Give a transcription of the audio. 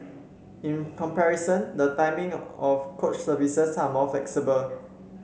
in comparison the timing of coach services are more flexible